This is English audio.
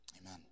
Amen